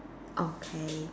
okay